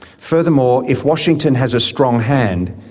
furthermore, if washington has a strong hand,